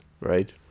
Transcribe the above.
right